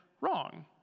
wrong